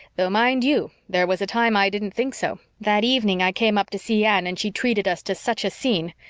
though, mind you, there was a time i didn't think so that evening i came up to see anne and she treated us to such a scene.